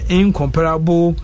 incomparable